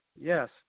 yes